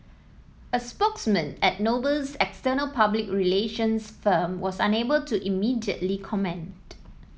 a spokesman at Noble's external public relations firm was unable to immediately comment